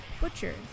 Butcher